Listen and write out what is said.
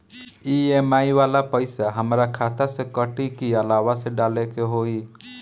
EMI वाला पैसा हाम्रा खाता से कटी की अलावा से डाले के होई?